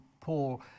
Paul